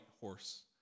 horse